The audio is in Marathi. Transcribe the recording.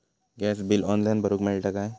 गॅस बिल ऑनलाइन भरुक मिळता काय?